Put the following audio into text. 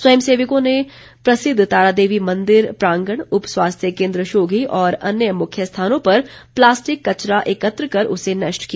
स्वयं सेवकों ने प्रसिद्ध तारादेवी मंदिर प्रांगण उप स्वास्थ्य केन्द्र शोघी और अन्य मुख्य स्थानों पर प्लास्टिक कचरा एकत्र कर उसे नष्ट किया